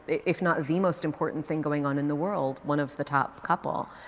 if not the most important thing going on in the world, one of the top couple.